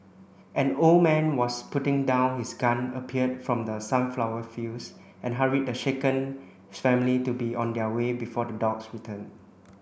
an old man was putting down his gun appeared from the sunflower fields and hurried the shaken family to be on their way before the dogs return